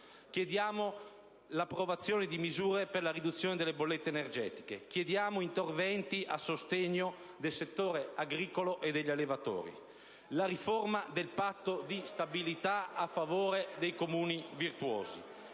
Chiediamo l'approvazione di misure per la riduzione delle bollette energetiche. Chiediamo interventi a sostegno del settore agricolo e degli allevatori. Chiediamo la riforma del patto di stabilità a favore dei comuni virtuosi.